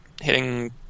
hitting